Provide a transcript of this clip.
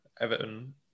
Everton